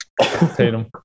Tatum